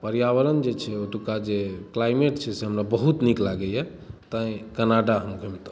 पर्यावरण जे छै जे ओतुक्का क्लाइमेट छै से बहुत हमरा नीक लागैए तेँ कनाडा हम घुमितहुँ